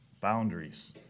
boundaries